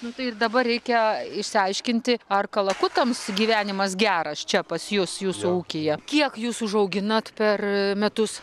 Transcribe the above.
nu tai ir dabar reikia išsiaiškinti ar kalakutams gyvenimas geras čia pas jus jūsų ūkyje kiek jūs užauginat per metus